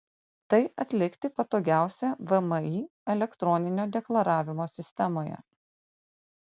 tai atlikti patogiausia vmi elektroninio deklaravimo sistemoje